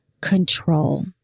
control